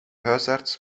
huisarts